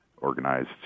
organized